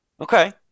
Okay